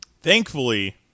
Thankfully